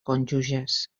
cònjuges